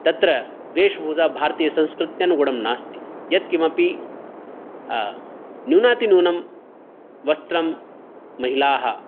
तत्र वेशभूषा भारतीयसंस्कृत्यनुगुणं नास्ति यत्किमपि न्यूनातिन्यूनं वस्त्रं महिलाः